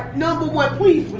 nova.